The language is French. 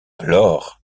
lors